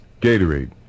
Gatorade